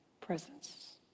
presence